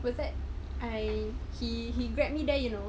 what's that I he he grabbed me there you know